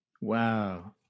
Wow